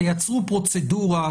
תייצרו פרוצדורה,